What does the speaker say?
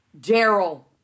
Daryl